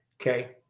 Okay